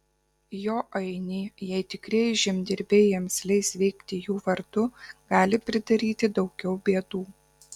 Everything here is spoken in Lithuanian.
jo ainiai jei tikrieji žemdirbiai jiems leis veikti jų vardu gali pridaryti daugiau bėdų